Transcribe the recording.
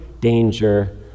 danger